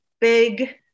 big